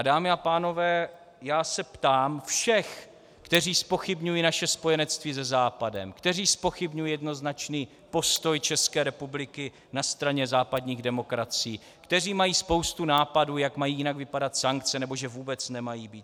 Dámy a pánové, já se ptám všech, kteří zpochybňují naše spojenectví se Západem, kteří zpochybňují jednoznačný postoj České republiky na straně západních demokracií, kteří mají spoustu nápadů, jak mají jinak vypadat sankce, nebo že vůbec nemají být.